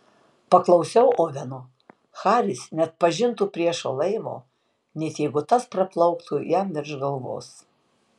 paklausiau oveno haris neatpažintų priešo laivo net jeigu tas praplauktų jam virš galvos